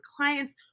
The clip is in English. clients